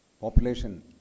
population